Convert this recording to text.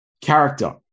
Character